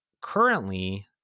currently